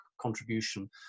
contribution